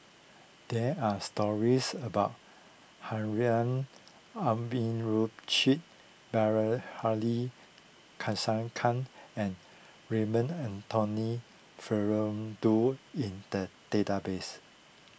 there are stories about Harun Aminurrashid Bilahari Kausikan and Raymond Anthony Fernando in the database